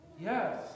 Yes